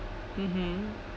mmhmm